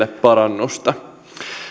parannusta